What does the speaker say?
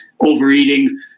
overeating